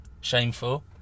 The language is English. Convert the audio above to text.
Shameful